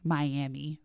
Miami